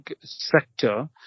sector